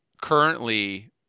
currently